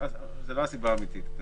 זאת לא הסיבה האמיתית.